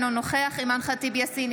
אינו נוכח אימאן ח'טיב יאסין,